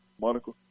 Monica